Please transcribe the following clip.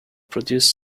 produce